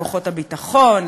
לכוחות הביטחון,